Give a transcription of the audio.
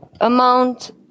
amount